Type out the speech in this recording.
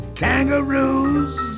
kangaroos